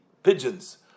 pigeons